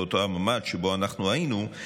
מאותו הממ"ד שבו אנחנו היינו,